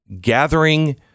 gathering